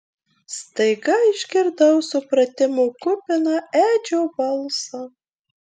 staiga išgirdau supratimo kupiną edžio balsą